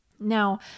Now